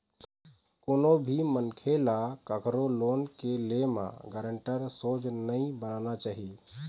कोनो भी मनखे ल कखरो लोन के ले म गारेंटर सोझ नइ बनना चाही